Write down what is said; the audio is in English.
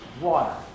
water